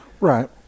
Right